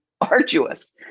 arduous